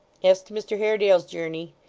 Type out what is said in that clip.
as to mr haredale's journey,